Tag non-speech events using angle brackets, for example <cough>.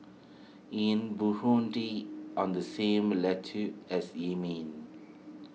Inn <unintelligible> on the same <unintelligible> as Yemen